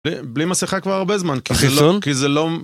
בלי מסכה כבר הרבה זמן, כי זה לא... -החיסון? -כי זה לא...